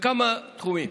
בכמה תחומים.